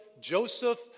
Joseph